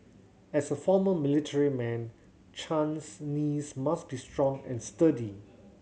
as a former military man Chan's knees must be strong and sturdy